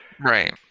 Right